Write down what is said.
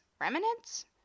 remnants